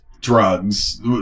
drugs